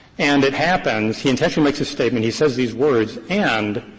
and it happens he intentionally makes a statement, he says these words and,